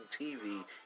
TV